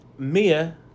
Mia